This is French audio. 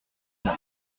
moi